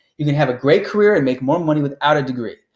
you can have a great career and make more money without a degree.